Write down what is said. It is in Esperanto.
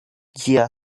ĝia